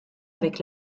avec